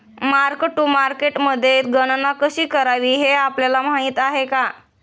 Mark to मार्केटमध्ये गणना कशी करावी हे आपल्याला माहित आहे का?